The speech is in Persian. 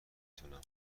تونم